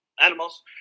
animals